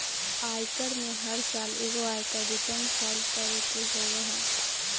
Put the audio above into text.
आयकर में हर साल एगो आयकर रिटर्न फाइल करे के होबो हइ